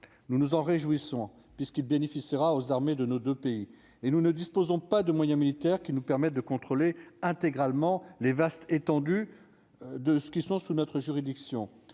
Nous nous en réjouissons puisqu'il bénéficiera aux armées de nos 2 pays et nous ne disposons pas de moyens militaires qui nous permettent de contrôler intégralement les vastes étendues de ceux qui sont sous notre juridiction,